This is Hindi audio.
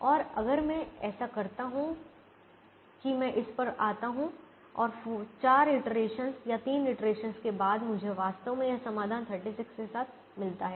और अगर मैं ऐसा करता हूं कि मैं इस पर आता हूं और 4 इटरेशनस या 3 इटरेशनस के बाद मुझे वास्तव में यह समाधान 36 के साथ मिलता है